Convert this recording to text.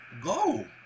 go